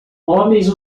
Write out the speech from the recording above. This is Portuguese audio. homens